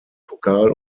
pokal